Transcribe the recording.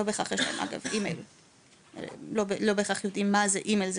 שלא בהכרח יודעים מה זה אימייל,